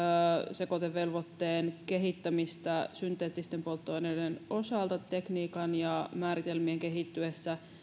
sekoitevelvoitteen kehittämistä synteettisten polttoaineiden osalta tekniikan ja määritelmien kehittyessä